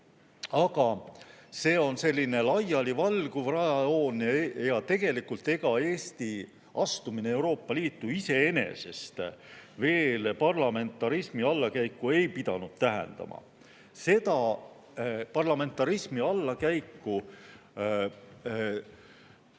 Aga see on selline laialivalguv rajajoon ja tegelikult, ega Eesti astumine Euroopa Liitu iseenesest veel parlamentarismi allakäiku ei pidanud tähendama. Parlamentarismi allakäiku